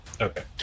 Okay